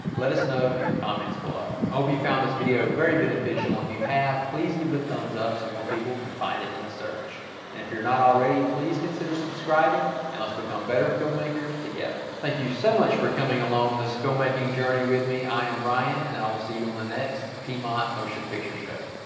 let us know in the comments below? i hope you found this video very beneficial. if you have please give it a thumbs up so more people can find it in the search, and if you're not already, please consider subscribing and let's become better filmmakers together thank you so much for coming along on this filmmaking journey with me i am ryan and i will see you on the next piemonte motion picture show